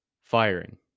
firing